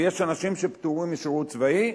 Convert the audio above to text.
ויש אנשים שפטורים משירות צבאי.